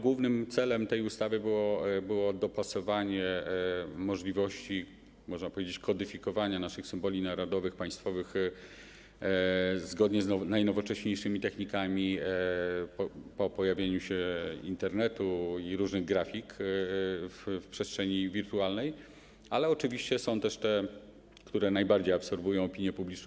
Głównym celem tej ustawy było dopasowanie możliwości, można powiedzieć, kodyfikowania naszych symboli narodowych, państwowych zgodnie z najnowocześniejszymi technikami po pojawieniu się Internetu i różnych grafik w przestrzeni wirtualnej, ale oczywiście są też w tej ustawie uwagi czy pomysły, które najbardziej absorbują opinię publiczną.